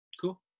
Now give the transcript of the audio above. cool